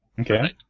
Okay